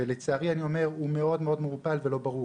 ולצערי אני אומר, הוא מאוד מאוד מעורפל ולא ברור.